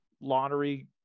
lottery